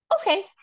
Okay